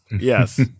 Yes